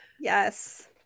Yes